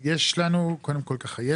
קודם כל ככה,